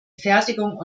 fertigung